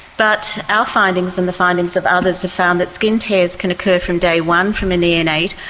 but our findings and the findings of others have found that skin tears can occur from day one from a neonate,